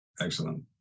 Excellent